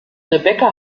rebecca